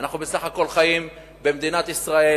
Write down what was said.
אנחנו בסך הכול חיים במדינת ישראל,